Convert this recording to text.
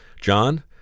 John